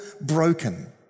broken